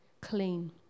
clean